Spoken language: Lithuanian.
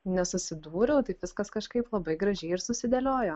nesusidūriau taip viskas kažkaip labai gražiai ir susidėliojo